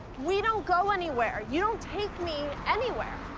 we don't go anywhere. you don't take me anywhere.